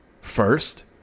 first